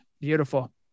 Beautiful